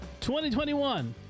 2021